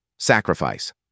Sacrifice